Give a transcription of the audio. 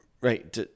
right